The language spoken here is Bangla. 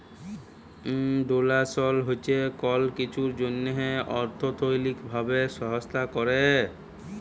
ডোলেসল হছে কল কিছুর জ্যনহে অথ্থলৈতিক ভাবে সাহায্য ক্যরা